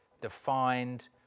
defined